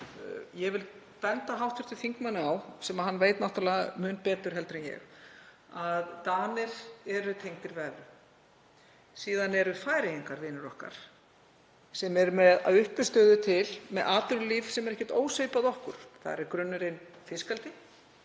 Ég vil benda hv. þingmanni á, sem hann veit náttúrlega mun betur en ég, að Danir eru tengdir við evru. Síðan eru Færeyingar vinir okkar sem eru að uppistöðu til með atvinnulíf sem er ekkert ósvipað okkar. Þar er grunnurinn fiskeldi,